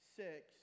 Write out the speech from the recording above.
six